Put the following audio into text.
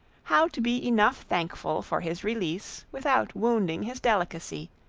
how to be enough thankful for his release without wounding his delicacy,